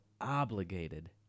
obligated